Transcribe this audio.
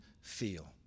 feel